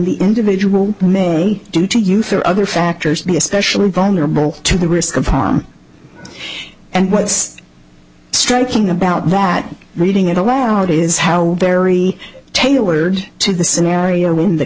the individual may into youth or other factors be especially vulnerable to the risk of harm and what's striking about that reading it aloud is how very tailored to the scenario in th